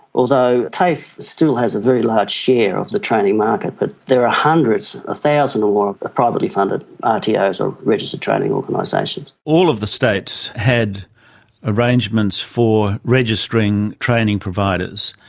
although tafe still has a very large share of the training market. but there are hundreds, a thousand or more of privately funded rtos or registered training organisations. all of the states had arrangements for registering training providers,